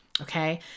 Okay